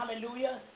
hallelujah